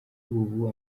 ubu